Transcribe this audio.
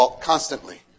constantly